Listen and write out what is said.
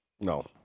No